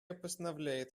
постановляет